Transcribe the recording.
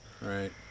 right